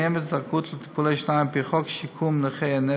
קיימת זכאות לטיפולי שיניים על פי חוק שיקום נכי נפש,